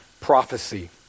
prophecy